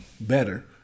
better